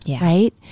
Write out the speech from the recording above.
right